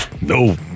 No